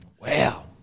Wow